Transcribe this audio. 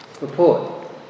Report